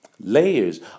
layers